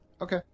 Okay